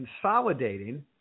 consolidating